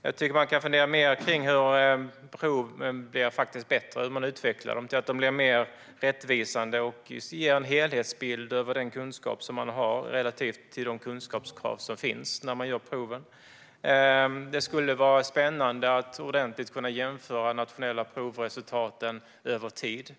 Jag tycker att man kan fundera mer kring hur proven kan bli bättre, hur man utvecklar dem så att de blir mer rättvisande och ger en helhetsbild av den kunskap man har relativt de kunskapskrav som finns när man gör proven. Det skulle vara spännande att ordentligt kunna jämföra de nationella provresultaten över tid.